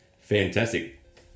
Fantastic